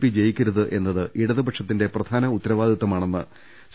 P ജയിക്കരുത് എന്നത് ഇടതുപക്ഷത്തിന്റെ പ്രധാന ഉത്തരാവാദിത്വമാണെന്ന് സി